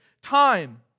time